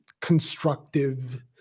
constructive